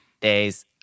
days